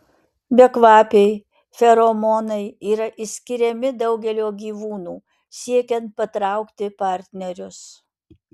bekvapiai feromonai yra išskiriami daugelio gyvūnų siekiant patraukti partnerius